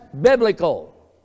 biblical